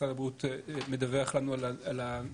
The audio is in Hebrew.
משרד הבריאות מדווח לנו על הנתונים,